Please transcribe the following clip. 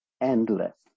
endless